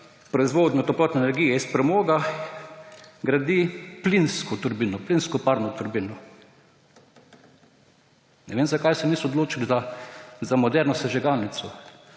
proizvodnjo toplotne energije iz premoga, gradi plinsko parno turbino. Ne vem, zakaj se niso odločili za moderno sežigalnico.